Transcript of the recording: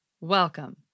welcome